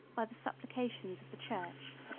by the supplications of the church.